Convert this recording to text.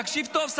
תקשיב טוב,